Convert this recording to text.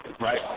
right